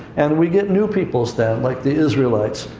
and we get new peoples then, like the israelites,